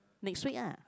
next week ah